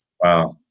Wow